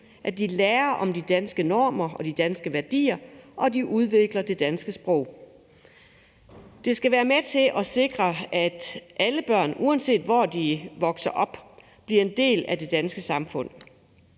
at de lærer om de danske normer og de danske værdier, og at de udvikler det danske sprog. Det skal være med til at sikre, at alle børn, uanset hvor de vokser op, bliver en del af det danske samfund.